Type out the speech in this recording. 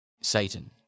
Satan